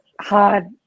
hard